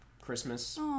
christmas